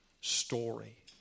story